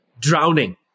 drowning